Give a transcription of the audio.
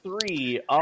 three